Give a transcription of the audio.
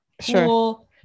sure